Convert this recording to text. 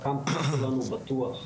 והקמפוס שלנו בטוח.